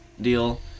Deal